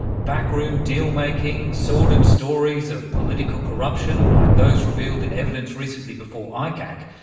back-room deal-making, sordid stories of political corruption, like those revealed in evidence recently before icac,